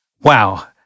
Wow